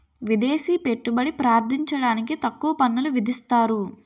విదేశీ పెట్టుబడి ప్రార్థించడానికి తక్కువ పన్నులు విధిస్తారు